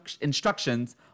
instructions